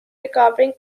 recovering